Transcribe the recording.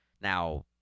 Now